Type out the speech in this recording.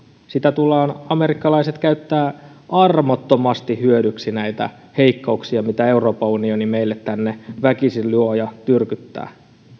amerikkalaiset tulevat käyttämään armottomasti hyödykseen näitä heikkouksia mitä euroopan unioni meille tänne väkisin luo ja tyrkyttää